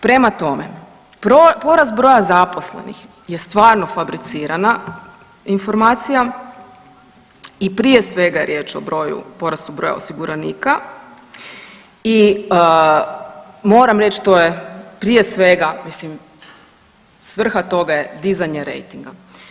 Prema tome, porast broja zaposlenih je stvarno fabricirana informacija i prije svega je riječ o broju porasta osiguranika i moram reći, to je prije svega, mislim, svrha toga je dizanje rejtinga.